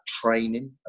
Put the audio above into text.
training